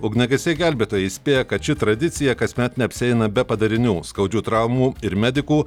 ugniagesiai gelbėtojai įspėja kad ši tradicija kasmet neapsieina be padarinių skaudžių traumų ir medikų